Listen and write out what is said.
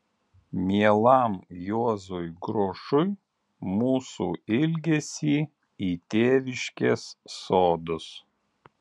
mielam juozui grušui mūsų ilgesį į tėviškės sodus